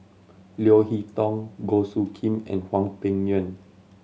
Leo Hee Tong Goh Soo Khim and Hwang Peng Yuan